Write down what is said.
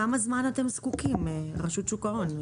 לכמה זמן אתם זקוקים, רשות שוק ההון?